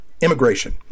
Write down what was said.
immigration